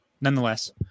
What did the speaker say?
nonetheless